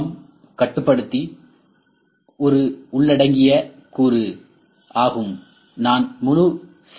M கட்டுப்படுத்தி ஒரு உள்ளடிங்கிய கூறு ஆகும் நான் முழு சி